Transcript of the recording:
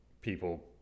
people